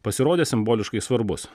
pasirodė simboliškai svarbus